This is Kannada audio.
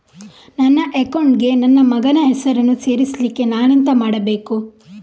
ನನ್ನ ಅಕೌಂಟ್ ಗೆ ನನ್ನ ಮಗನ ಹೆಸರನ್ನು ಸೇರಿಸ್ಲಿಕ್ಕೆ ನಾನೆಂತ ಮಾಡಬೇಕು?